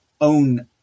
own